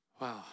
Wow